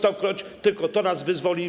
Tylko to nas wyzwoli.